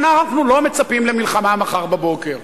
ואנחנו לא מצפים למלחמה מחר בבוקר.